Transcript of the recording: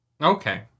Okay